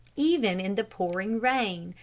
even in the pouring rain,